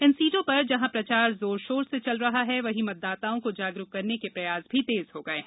इन सीटों पर जहां प्रचार जोर शोर से चल रहा है वहीं मतदाताओं को जागरुक करने के प्रयास भी तेज हो गये हैं